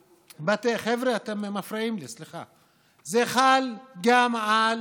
חבר'ה, אתם מפריעים לי, סליחה, כי זה חל גם על